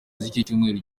z’icyumweru